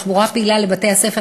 תחבורה פעילה לבתי-הספר,